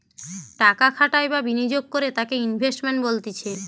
টাকা খাটাই বা বিনিয়োগ করে তাকে ইনভেস্টমেন্ট বলতিছে